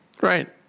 Right